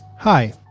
Hi